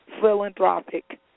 philanthropic